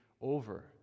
over